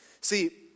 See